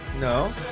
No